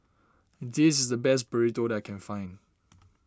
this is the best Burrito that I can find